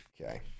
okay